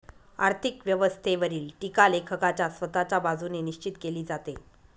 आर्थिक व्यवस्थेवरील टीका लेखकाच्या स्वतःच्या बाजूने निश्चित केली जाते